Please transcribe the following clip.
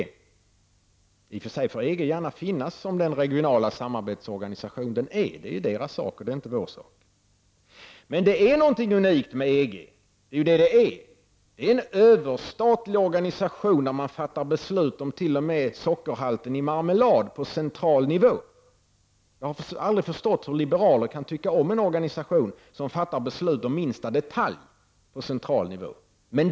I och för sig får EG gärna finnas som den regionala samarbetsorganisation det är. Det är deras sak och inte vår. Det är någonting unikt med EG. EG är en överstatlig organisation där man på central nivå t.o.m. fattar beslut om sockerhalten i marmelad. Jag har aldrig förstått hur liberaler kan tycka om en organisation som på central nivå fattar beslut om minsta detalj.